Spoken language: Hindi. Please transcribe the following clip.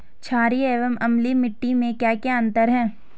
छारीय एवं अम्लीय मिट्टी में क्या क्या अंतर हैं?